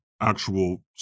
actual